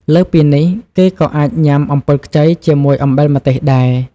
លើសពីនេះ គេក៏អាចញាំអំពិលខ្ចីជាមួយអំបិលម្ទេសដែរ។